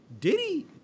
Diddy